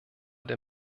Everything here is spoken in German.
der